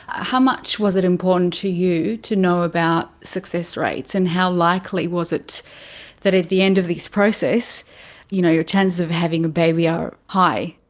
how much was it important to you to know about success rates and how likely was it that at the end of this process you know your chances of having a baby are high?